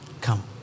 Come